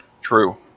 True